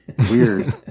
weird